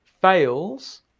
fails